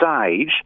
stage